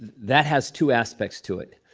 that has two aspects to it